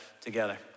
together